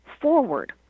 forward